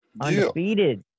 undefeated